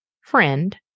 friend